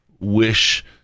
wish